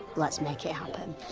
let's make it happen.